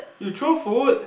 you throw food